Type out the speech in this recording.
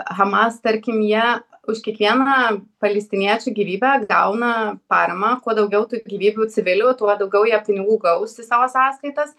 hamas tarkim jie už kiekvieną palestiniečių gyvybę gauna paramą kuo daugiau tų gyvybių civilių tuo daugiau jie pinigų gaus į savo sąskaitas